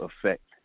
effect